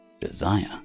Desire